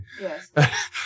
Yes